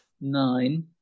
Nine